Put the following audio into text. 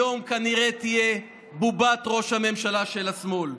היום כנראה תהיה בובת ראש הממשלה של השמאל.